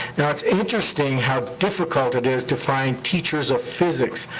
now, it's interesting how difficult it is to find teachers of physics.